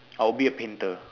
I would be a painter